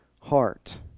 heart